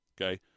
okay